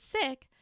sick